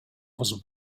was